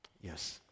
Yes